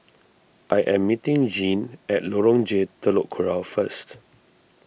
I am meeting Jeanne at Lorong J Telok Kurau first